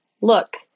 look